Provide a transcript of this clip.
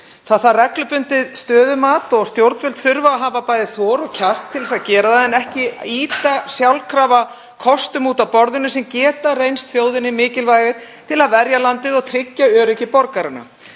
Það þarf reglubundið stöðumat og stjórnvöld þurfa að hafa bæði þor og kjark til að gera það en ekki ýta sjálfkrafa kostum út af borðinu sem geta reynst þjóðinni mikilvægir til að verja landið og tryggja öryggi borgaranna.